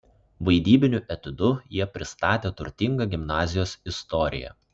vaidybiniu etiudu jie pristatė turtingą gimnazijos istoriją